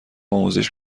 آموزش